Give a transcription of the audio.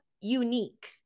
unique